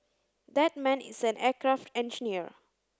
that man is an aircraft engineer